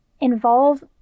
involve